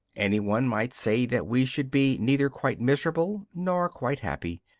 any one might say that we should be neither quite miserable nor quite happy.